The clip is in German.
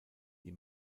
die